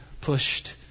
pushed